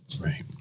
right